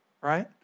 right